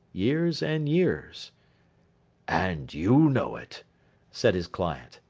years and years and you know it said his client.